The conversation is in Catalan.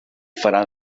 farà